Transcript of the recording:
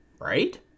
Right